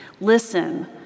Listen